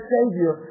Savior